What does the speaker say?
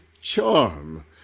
charm